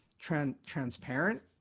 transparent